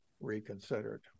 reconsidered